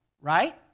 right